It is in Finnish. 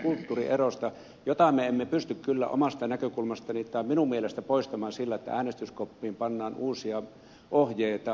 tätä kulttuurieroa me emme pysty kyllä minun mielestäni poistamaan sillä että äänestyskoppiin pannaan uusia ohjeita